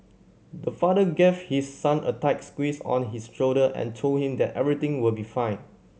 the father gave his son a tight squeeze on his shoulder and told him that everything will be fine